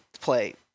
play